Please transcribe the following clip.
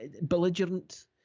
belligerent